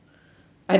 I don't know eh